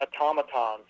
automatons